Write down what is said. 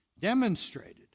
demonstrated